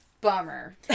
bummer